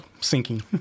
sinking